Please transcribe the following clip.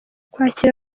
kwakira